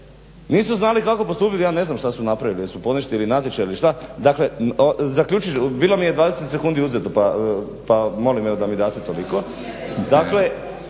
Nisu znali kako postupiti. Ja ne znam što su napravili, jesu poništili natječaj ili šta. Dakle, zaključit ću. Bilo mi je 20 sekundi uzeto pa molim evo da mi date toliko. Dakle,